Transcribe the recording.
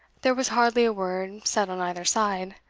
there was hardly a word said on either side,